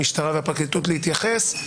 המשטרה והפרקליטות להתייחס,